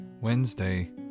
Wednesday